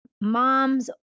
mom's